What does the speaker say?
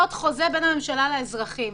אוקיי,